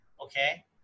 Okay